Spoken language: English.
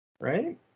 right